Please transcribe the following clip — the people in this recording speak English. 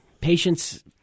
patients